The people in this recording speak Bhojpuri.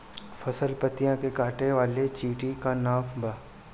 फसल पतियो के काटे वाले चिटि के का नाव बा?